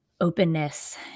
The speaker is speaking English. openness